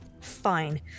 fine